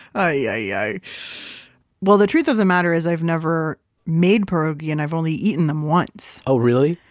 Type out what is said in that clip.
ay yeah yeah ay ay. well the truth of the matter is i've never made pierogi and i've only eaten them once oh really?